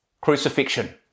Crucifixion